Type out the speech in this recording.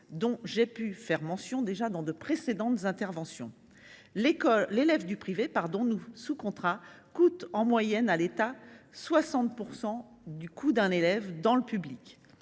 dont j’ai pu faire mention dans de précédentes interventions : un élève du privé sous contrat coûte en moyenne à l’État 60 % du coût d’un élève dans le public…